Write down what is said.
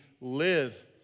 live